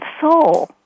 soul